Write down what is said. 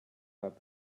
that